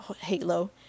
Halo